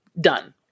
Done